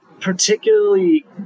particularly